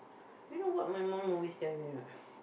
you know what my mum always tell me right